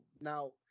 now